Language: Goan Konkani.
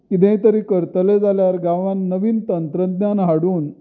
कितेंय तरी करतले जाल्यार गांवांत नवीन तंत्रज्ञान हाडून